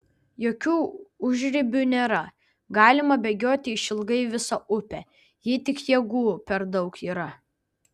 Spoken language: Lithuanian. jokių užribių nėra galima bėgioti išilgai visą upę jei tik jėgų per daug yra